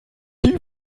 die